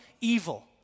evil